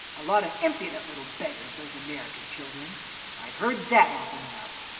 a lot of impudent little beggars, those american children i've heard that often enough.